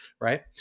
right